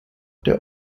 der